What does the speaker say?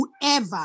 whoever